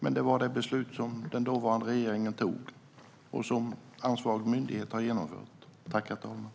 Men det var detta beslut som den dåvarande regeringen tog, och det är detta som ansvarig myndighet har genomfört.